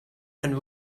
can